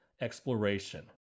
exploration